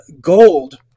Gold